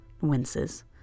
winces